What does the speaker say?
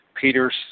Peter's